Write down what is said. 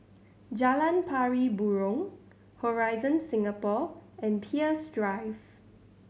Jalan Pari Burong Horizon Singapore and Peirce Drive